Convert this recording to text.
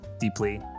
deeply